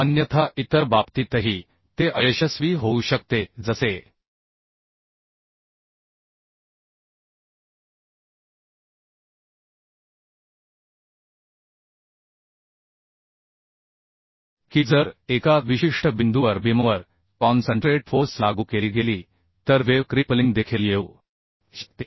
अन्यथा इतर बाबतीतही ते अयशस्वी होऊ शकते जसे की जर एका विशिष्ट बिंदूवर बीमवर कॉन्सन्ट्रेट फोर्स लागू केली गेली तर वेव्ह क्रिपलिंग देखील येऊ शकते